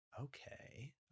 Okay